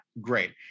great